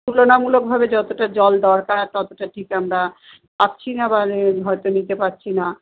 তুলনামূলকভাবে যতটা জল দরকার ততটা ঠিক আমরা পাচ্ছি না বা হয়তো নিতে পাচ্ছি না